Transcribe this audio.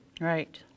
Right